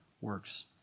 works